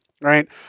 right